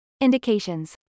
Indications